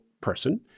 person